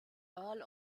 earl